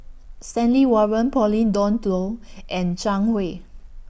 Stanley Warren Pauline Dawn Loh and Zhang Hui